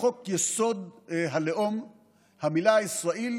שבאמת עומד מאחורי היום הזה כבר הרבה שנים,